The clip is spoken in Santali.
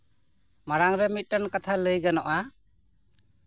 ᱢᱟᱲᱟᱝ ᱨᱮ ᱢᱤᱫᱴᱮᱱ ᱠᱟᱛᱷᱟ ᱞᱟᱹᱭ ᱜᱟᱱᱚᱜᱼᱟ